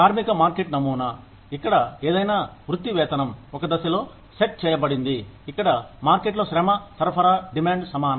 కార్మిక మార్కెట్ నమోనా ఇక్కడ ఏదైనా వృత్తి వేతనం ఒక దశలో సెట్ చేయబడింది ఇక్కడ మార్కెట్లో శ్రమ సరఫరా డిమాండ్ సమానం